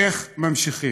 איך ממשיכים?